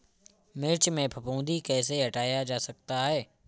मिर्च में फफूंदी कैसे हटाया जा सकता है?